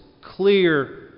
clear